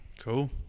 Cool